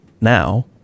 now